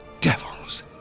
devils